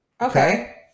Okay